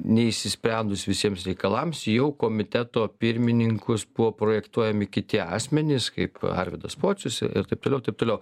neišsisprendus visiems reikalams jau komiteto pirmininkus buvo projektuojami kiti asmenys kaip arvydas pocius ir taip toliau taip toliau